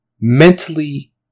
mentally